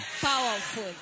Powerful